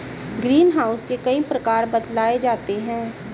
green house के कई प्रकार बतलाए जाते हैं